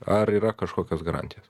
ar yra kažkokios garantijos